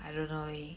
I don't know eh